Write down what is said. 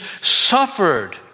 suffered